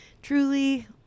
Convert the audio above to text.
Truly